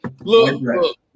look